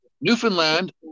newfoundland